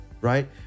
right